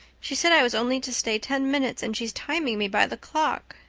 she said i was only to stay ten minutes and she's timing me by the clock.